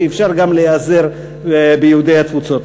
שאפשר גם להיעזר ביהודי התפוצות.